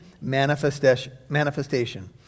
manifestation